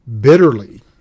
bitterly